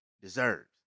deserves